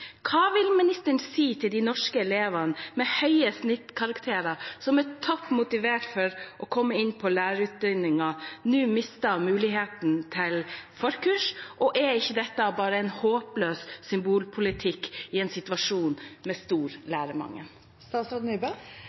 Hva vil ministeren si til de norske elevene med høye snittkarakterer som er toppmotiverte for å komme inn på lærerutdanningen, men som nå mister muligheten til forkurs? Er ikke dette bare en håpløs symbolpolitikk i en situasjon med stor lærermangel?